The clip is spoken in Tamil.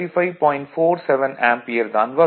47 ஆம்பியர் தான் வரும்